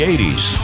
80s